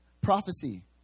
Prophecy